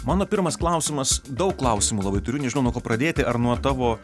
mano pirmas klausimas daug klausimų labai turiu nežinau nuo ko pradėti ar nuo tavo